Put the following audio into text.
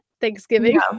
Thanksgiving